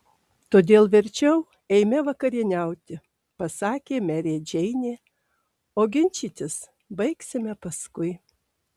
todėl verčiau eime vakarieniauti pasakė merė džeinė o ginčytis baigsime paskui